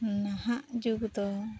ᱱᱟᱦᱟᱜ ᱡᱩᱜᱽ ᱫᱚ